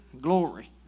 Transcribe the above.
Glory